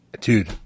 Dude